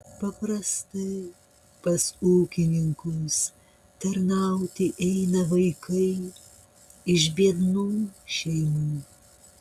paprastai pas ūkininkus tarnauti eina vaikai iš biednų šeimų